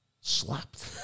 slapped